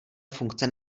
funkce